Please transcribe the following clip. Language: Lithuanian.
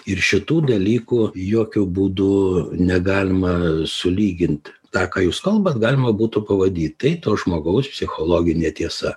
ir šitų dalykų jokiu būdu negalima sulygint tą ką jūs kalbat galima būtų pavadyti tai to žmogaus psichologinė tiesa